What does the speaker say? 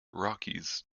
rockies